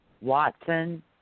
Watson